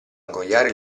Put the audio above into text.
ingoiare